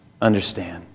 understand